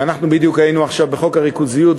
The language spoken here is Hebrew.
ובדיוק היינו עכשיו בחוק הריכוזיות,